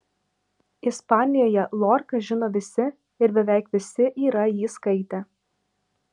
ispanijoje lorką žino visi ir beveik visi yra jį skaitę